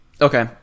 Okay